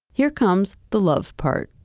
here comes the love part.